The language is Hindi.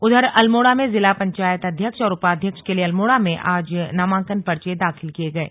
उधर अल्मोडा में जिला पंचायत अध्यक्ष और उपाध्यक्ष के लिए अल्मोड़ा में आज नामांकन पर्चे दाखिल किये गये